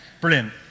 Brilliant